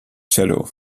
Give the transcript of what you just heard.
cello